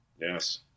Yes